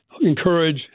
Encourage